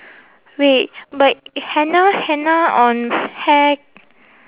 wait but henna henna on hair